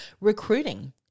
recruiting